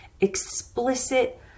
explicit